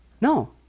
No